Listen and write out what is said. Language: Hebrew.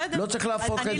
לא צריך להפוך את זה.